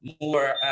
more